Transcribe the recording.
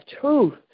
truth